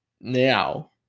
now